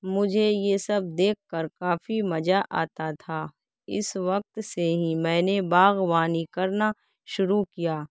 مجھے یہ سب دیکھ کر کافی مزہ آتا تھا اس وقت سے ہی میں نے باغبانی کرنا شروع کیا